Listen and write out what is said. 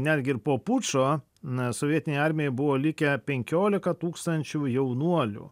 netgi ir po pučo n sovietinėj armijoj buvo likę penkiolika tūkstančių jaunuolių